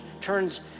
turns